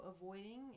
avoiding